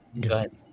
good